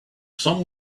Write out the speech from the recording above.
some